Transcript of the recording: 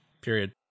period